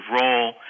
role